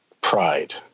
pride